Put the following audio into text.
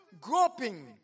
groping